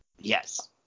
Yes